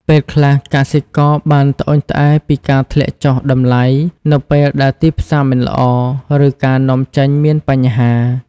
ពេលខ្លះ កសិករបានត្អូញត្អែរពីការធ្លាក់ចុះតម្លៃនៅពេលដែលទីផ្សារមិនល្អ ឬការនាំចេញមានបញ្ហា។